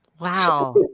Wow